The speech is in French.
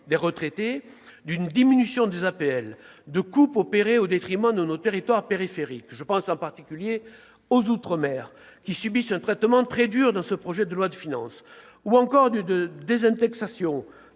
personnalisées au logement, les APL, de coupes opérées au détriment de nos territoires périphériques- je pense en particulier aux outre-mer, qui subissent un traitement très dur dans ce projet de loi de finances -ou encore d'une désindexation